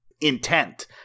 intent